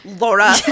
laura